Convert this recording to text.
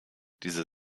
diese